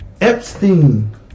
Epstein